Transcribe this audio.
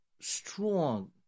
strong